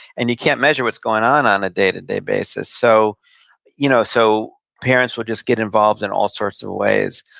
and you can't measure what's going on on a day-to-day basis. so you know so parents parents will just get involved in all sorts of ways,